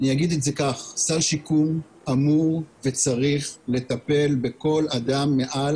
סל שיקום אמור וצריך לטפל בכל אדם שיש לו מעל